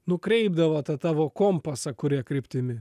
nukreipdavo tą tavo kompasą kuria kryptimi